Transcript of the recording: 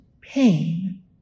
pain